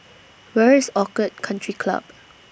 Where IS Orchid Country Club